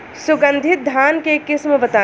सुगंधित धान के किस्म बताई?